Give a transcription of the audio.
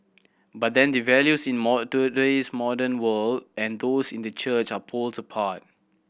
but then the values in modern world and those in the church are poles apart